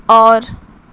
اور